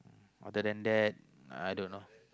other than that I don't know